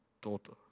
daughter